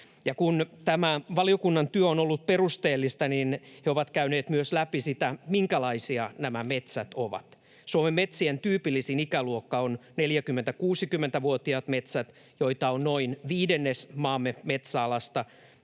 tämä valiokunnan työ on ollut perusteellista, niin he ovat käyneet läpi myös sitä, minkälaisia nämä metsät ovat. Suomen metsien tyypillisin ikäluokka on 40—60-vuotiaat metsät, joita on noin viidennes maamme metsäalasta.